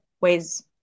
ways